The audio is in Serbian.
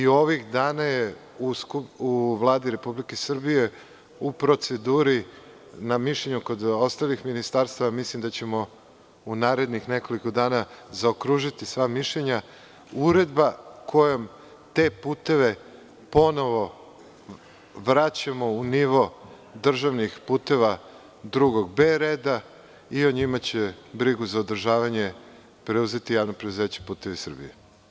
Ovih dana je u Vladi Republike Srbije u proceduri, na mišljenju kod ostalih ministarstava, a mislim da ćemo u narednih nekoliko dana zaokružiti sva mišljenja, uredba kojom te puteve ponovo vraćamo u nivo državnih puteva drugog B reda i o njima će brigu za održavanje preuzeti JP „Putevi Srbije“